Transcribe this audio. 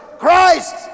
Christ